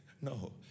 No